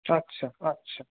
আচ্ছা আচ্ছা